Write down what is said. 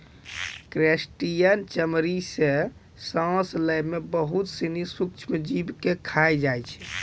crustacean चमड़ी सें सांस लै में बहुत सिनी सूक्ष्म जीव के खाय जाय छै